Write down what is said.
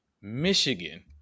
Michigan